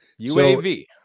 UAV